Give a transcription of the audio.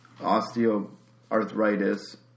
osteoarthritis